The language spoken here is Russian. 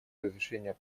разрешения